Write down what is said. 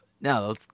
No